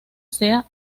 sea